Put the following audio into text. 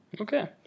Okay